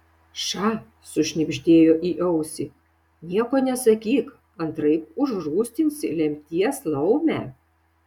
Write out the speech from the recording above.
ša sušnibždėjo į ausį nieko nesakyk antraip užrūstinsi lemties laumę